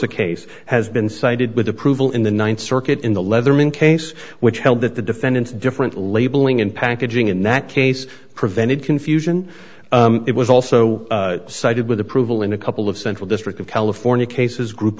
versa case has been cited with approval in the th circuit in the leatherman case which held that the defendants different labeling and packaging in that case prevented confusion it was also cited with approval in a couple of central district of california cases grup